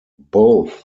both